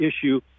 issue